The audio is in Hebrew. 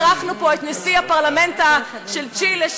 אירחנו פה את נשיא הפרלמנט של צ'ילה,